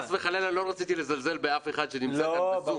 אני חס וחלילה לא רציתי לזלזל באף אחד שנמצא כאן בזום.